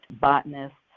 botanists